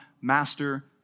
master